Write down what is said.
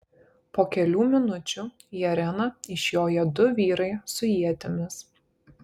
po kelių minučių į areną išjoja du vyrai su ietimis